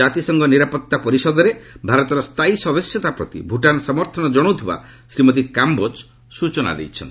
ଜାତିସଂଘ ନିରାପତ୍ତା ପରିଷଦରେ ଭାରତର ସ୍ଥାୟୀ ସଦସ୍ୟତା ପ୍ରତି ଭୁଟାନ୍ ସମର୍ଥନ ଜଣାଉଥିବା ଶ୍ରୀମତୀ କାମ୍ବୋଜ ସ୍ଟଚନା ଦେଇଛନ୍ତି